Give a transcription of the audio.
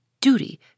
Duty